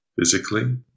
physically